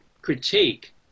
critique